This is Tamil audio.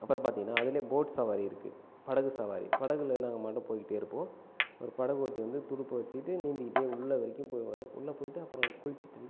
அப்புறம் பார்த்தீங்கன்னா அதுலேயே போட் சவாரி இருக்குது படகு சவாரி படகில் நாங்கள் பாட்டுக்கு போயிட்டேயிருப்போம் ஒரு படகோட்டி வந்து துடுப்பை வச்சுக்கிட்டு நீந்திக்கிட்டே உள்ள வரைக்கும் போயிடுவார் உள்ளே போயிட்டு அப்புறம் குளிச்சுட்டு